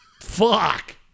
Fuck